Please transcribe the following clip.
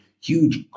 huge